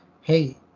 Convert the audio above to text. hey